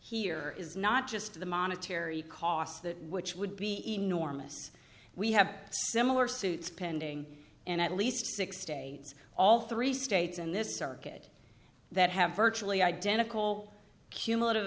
here is not just the monetary costs that which would be enormous we have similar suits pending and at least six dollars states all three states in this circuit that have virtually identical cumulative